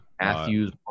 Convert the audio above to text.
Matthews